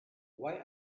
why